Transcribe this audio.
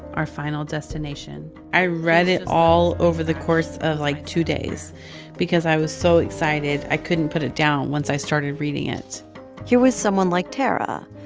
our final destination i read it all over the course of, like, two days because i was so excited. i couldn't put it down once i started reading it here was someone like tarra,